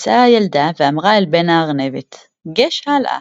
יצאה הילדה ואמרה אל בן-הארנבת “גש-הלאה,